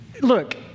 look